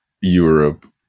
europe